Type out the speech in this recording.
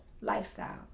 lifestyle